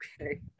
Okay